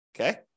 Okay